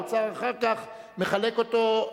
האוצר אחר כך מחלק אותו,